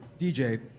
DJ